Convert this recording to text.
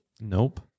Nope